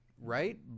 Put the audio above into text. Right